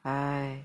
!aiya!